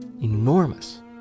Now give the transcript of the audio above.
enormous